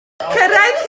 cyrraedd